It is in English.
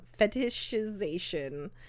fetishization